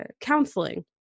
counseling